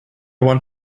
want